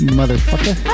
motherfucker